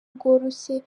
bworoshye